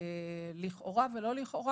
לכאורה או לא לכאורה,